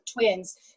twins